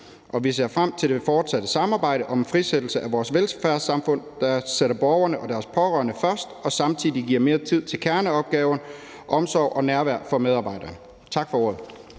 vi ser frem til det fortsatte samarbejde om en frisættelse af vores velfærdssamfund, der sætter borgerne og deres pårørende først og samtidig giver mere tid til kerneopgaver, omsorg og nærvær for medarbejderne. Tak for ordet.